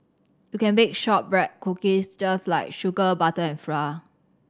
you can bake shortbread cookies just like sugar butter and flour